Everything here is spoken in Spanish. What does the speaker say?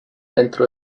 dentro